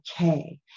okay